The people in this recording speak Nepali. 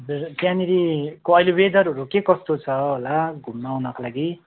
त्यहाँनेरको अहिले वेदरहरू के कस्तो छ होला घुम्न आउनको लागि